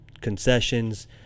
concessions